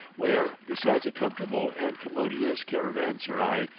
where, besides a comfortable and commodious caravanserai,